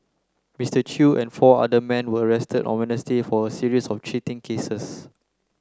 Mister Chew and four other men were arrested on Wednesday for a series of cheating cases